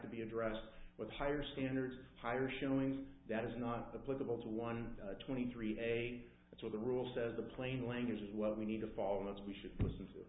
to be addressed with higher standards higher showings that is not the political to one twenty three a so the rule says a plain language is what we need to follow as we should listen to